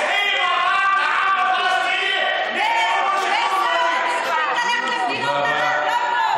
למדינות ערב, לא פה.